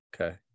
okay